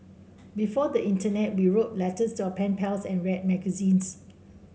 before the Internet we wrote letters to our pen pals and read magazines